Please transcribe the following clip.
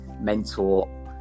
mentor